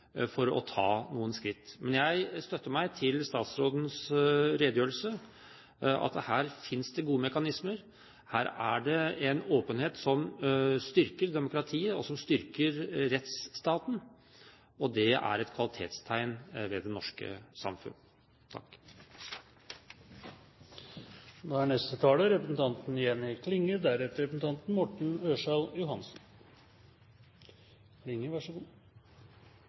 for å ta noen skritt. Men jeg støtter meg til statsrådens redegjørelse, at her finnes det gode mekanismer, her er det en åpenhet som styrker demokratiet, som styrker rettsstaten, og det er et kvalitetstegn ved det norske samfunnet. Først må eg få seie at den førre talaren, representanten Werp, hadde eit veldig godt innlegg om temaet. Det temaet som interpellanten tek opp, er